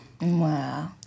wow